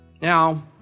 Now